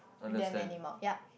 them anymore yup